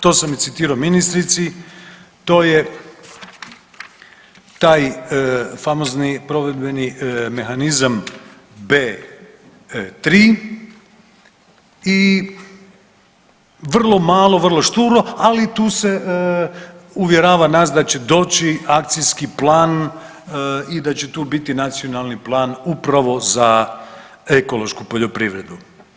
To sam i citirao ministrici, to je taj famozni provedbeni mehanizam B3 i vrlo malo, vrlo šturo ali tu uvjerava nas da će doći akcijski plan i da će tu biti nacionalni plan upravo za ekološku poljoprivredu.